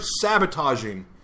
sabotaging